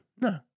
No